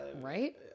right